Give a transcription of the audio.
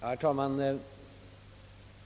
Herr talman!